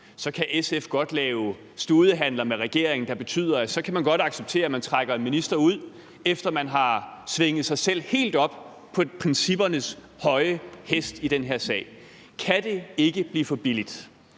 så kan SF godt lave studehandler med regeringen, der betyder, at så kan man godt acceptere, at man trækker en minister ud, efter at man har svinget sig selv helt op på princippernes høje hest i den her sag? Kan det ikke blive for billigt?